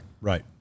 Right